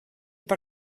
per